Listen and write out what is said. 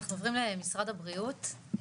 אנחנו עוברים למשרד הבריאות,